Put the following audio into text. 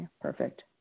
perfect